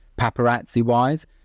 paparazzi-wise